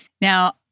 Now